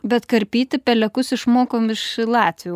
bet karpyti pelekus išmokom iš latvių